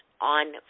on